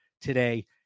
today